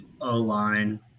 O-line